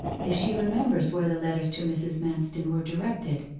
if she remembers where the letters to mrs. manston were directed